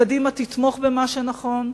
קדימה תתמוך במה שנכון,